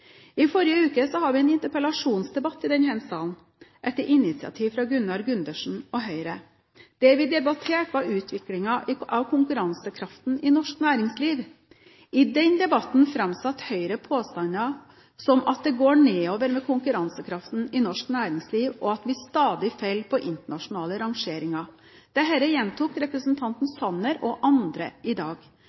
I forrige uke hadde vi en interpellasjonsdebatt i denne salen etter initiativ fra Gunnar Gundersen og Høyre. Det vi debatterte, var utviklingen av konkurransekraften i norsk næringsliv. I den debatten fremsatte Høyre påstander som at det går nedover med konkurransekraften i norsk næringsliv, og at vi stadig faller på internasjonale rangeringer. Dette gjentok representanten Sanner og andre i dag.